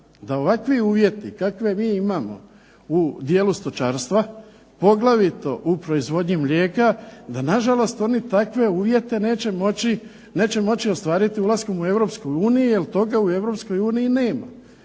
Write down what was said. da ovakvi uvjeti kakve mi imamo u dijelu stočarstva poglavito u proizvodnji mlijeka da na žalost oni takve uvjete neće moći ostvariti ulaskom u Europsku uniju,